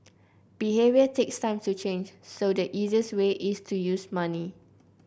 behaviour takes time to change so the easiest way is to use money